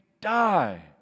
die